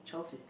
Chelsea